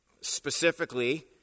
Specifically